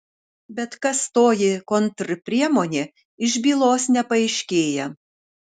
bet kas toji kontrpriemonė iš bylos nepaaiškėja